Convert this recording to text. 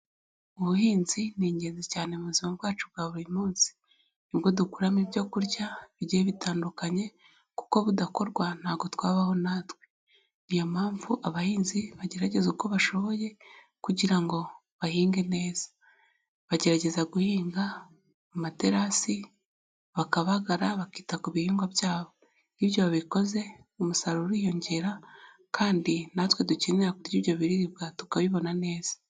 Ubuhinzi ni ingenzi cyane mu buzima bwacu bwa buri munsi. Nibwo dukuramo ibyo kurya bigiye bitandukanye kuko budakorwa ntago twabaho natwe. Niyo mpamvu abahinzi bagerageza uko bashoboye kugira ngo bahinge neza. Bagerageza guhinga amaterasi, bakabagara, bakita ku bihingwa byabo. Iyo ibyo babikoze umusaruro uriyongera kandi natwe dukenera kurya ibyo biribwa tukabibona neza.